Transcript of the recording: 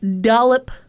dollop